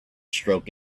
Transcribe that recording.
stroke